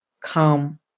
come